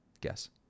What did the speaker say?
guess